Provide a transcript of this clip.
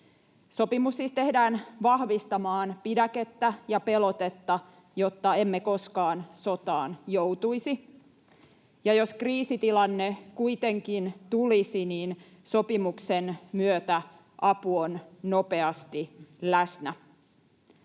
Sopimus siis tehdään vahvistamaan pidäkettä ja pelotetta, jotta emme koskaan sotaan joutuisi. Ja jos kriisitilanne kuitenkin tulisi, niin sopimuksen myötä apu on nopeasti läsnä.